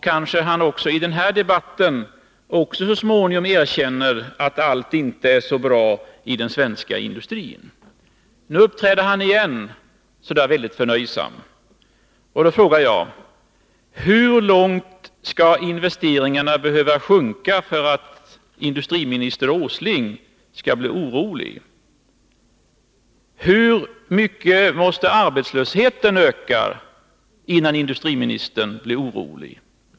Kanske han i den här debatten också så småningom erkänner att allt inte är så bra i den svenska industrin. Nu uppträdde han igen så där väldigt förnöjsamt, och då frågar jag: Hur långt skall investeringarna behöva sjunka för att industriminister Åsling skall bli orolig? Hur mycket måste arbetslösheten öka innan industriministern blir orolig?